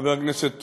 חבר הכנסת,